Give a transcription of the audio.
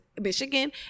Michigan